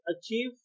achieve